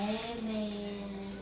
amen